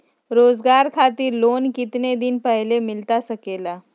रोजगार खातिर लोन कितने दिन पहले मिलता सके ला?